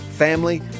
family